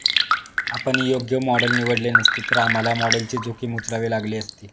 आपण योग्य मॉडेल निवडले नसते, तर आम्हाला मॉडेलची जोखीम उचलावी लागली असती